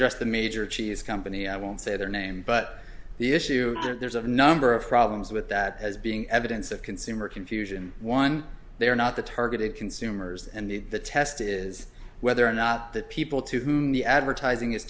address the major cheese company i won't say their name but the issue is that there's a number of problems with that as being evidence of consumer confusion one they are not the targeted consumers and the test is whether or not the people to whom the advertising is